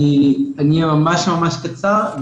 אני אהיה ממש ממש קצר.